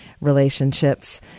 relationships